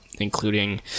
including